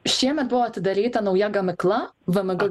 šiemet buvo atidaryta nauja gamykla vmg